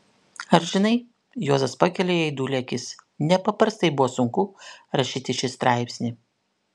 ar žinai juozas pakelia į aidulį akis nepaprastai buvo sunku rašyti šį straipsnį